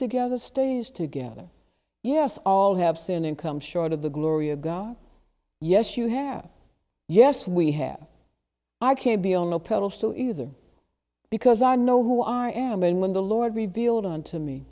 together stays together yes all have sinned and come short of the glory of god yes you have yes we have i can't be on a pedestal either because i know who i am and when the lord revealed on to me